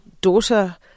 daughter